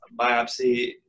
biopsy